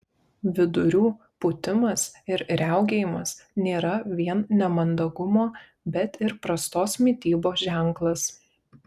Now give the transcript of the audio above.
vidurių pūtimas ir riaugėjimas nėra vien nemandagumo bet ir prastos mitybos ženklas